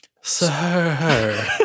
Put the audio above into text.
Sir